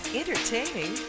entertaining